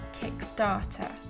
kickstarter